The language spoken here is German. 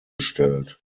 gestellt